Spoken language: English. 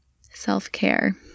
self-care